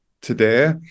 today